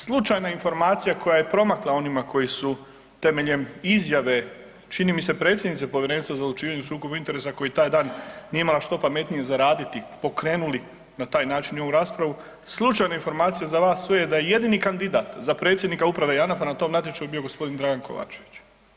Slučajna informacija koja je promakla onima koji su temeljem izjave, čini mi se predsjednice Povjerenstva za odlučivanje o sukobu interesa, koji taj dan nije imala što pametnije za raditi, pokrenuli na taj način i ovu raspravu, slučajna informacija za vas sve je da je jedini kandidat za predsjednika uprave JANAF-a na tom natječaju bio g. Dragan Kovačević.